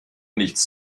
nichts